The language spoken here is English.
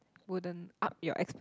wouldn't up your expect